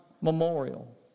Memorial